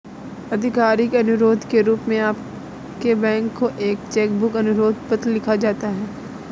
आधिकारिक अनुरोध के रूप में आपके बैंक को एक चेक बुक अनुरोध पत्र लिखा जाता है